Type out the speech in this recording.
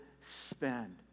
spend